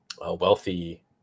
wealthy